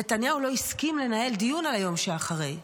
נתניהו לא הסכים לנהל דיון על היום שאחרי.